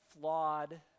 flawed